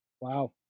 Wow